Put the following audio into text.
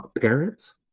parents